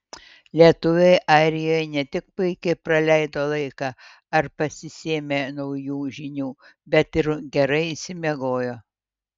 lietuviai airijoje ne tik puikiai praleido laiką ar pasisėmė naujų žinių bet ir gerai išsimiegojo